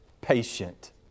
patient